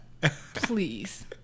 Please